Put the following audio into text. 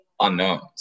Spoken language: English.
unknowns